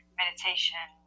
meditation